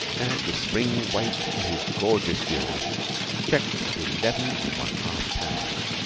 and the spring weight in his gorgeous gills checked at eleven and one half pounds.